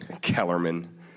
Kellerman